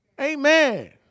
Amen